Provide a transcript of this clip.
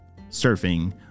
surfing